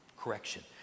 Correction